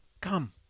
come